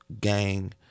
gang